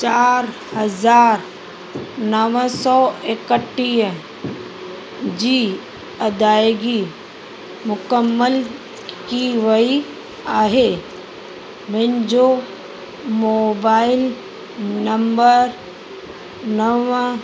चार हज़ार नव सौ एकटीह जी अदाइगी मुकमल की वई आहे मुंहिंजो मोबाइल नंबर नव